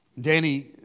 Danny